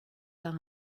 par